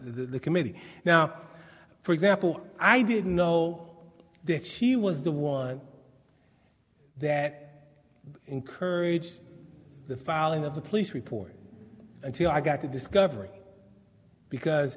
the committee now for example i didn't know that she was the one that encouraged the filing of the police report until i got the discovery because